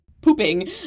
pooping